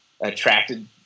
attracted